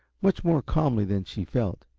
much more calmly than she felt.